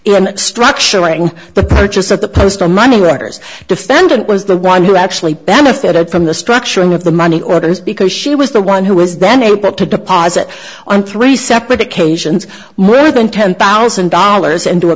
in structuring the purchase of the poster money writers defendant was the one who actually benefited from the structuring of the money orders because she was the one who was then able to deposit on three separate occasions more than ten thousand dollars into a